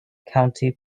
county